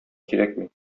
кирәкми